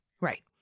Right